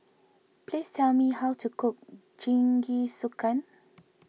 please tell me how to cook Jingisukan